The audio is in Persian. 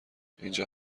اینجا